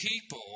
people